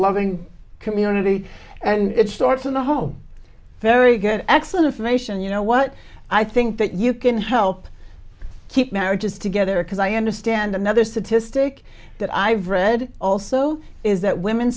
loving community and it starts in the home very good excellent information you know what i think that you can help keep marriages together because i understand another statistic that i've read also is that women